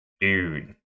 dude